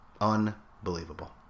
Unbelievable